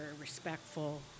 respectful